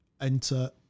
enter